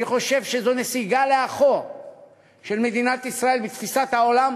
אני חושב שזו נסיגה של מדינת ישראל בתפיסת העולם.